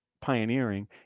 pioneering